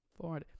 four